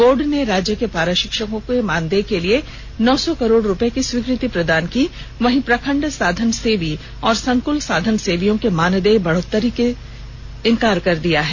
board ने राज्य के पारा षिक्षकों के मानदेह के लिए नौ सौ करोड़ रुपये की स्वीकृति प्रदान की वहीं प्रखंड साधन सेवी और संकुल साधन सेवियों के मानदेय बढ़ोतरी से इनकार कर दिया है